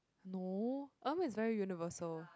no erm is very universal